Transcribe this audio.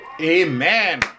Amen